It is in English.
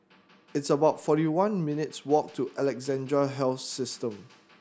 it's about forty one minutes' walk to Alexandra Health System